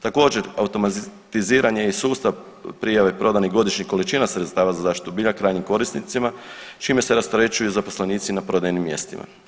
Također, automatiziranje i sustav prijave prodanih godišnjih količina sredstava za zaštitu bilja krajnjim korisnicima čime se rasterećuju i zaposlenici na prodajnim mjestima.